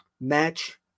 match